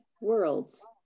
worlds